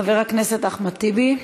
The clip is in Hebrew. חבר הכנסת אחמד טיבי,